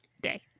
Day